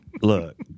Look